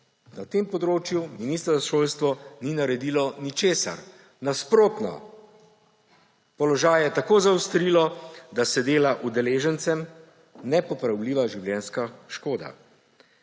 na tem področju ministrstvo za šolstvo ni naredilo ničesar. Nasprotno, položaj je tako zaostrilo, da se dela udeležencem nepopravljiva življenjska škoda.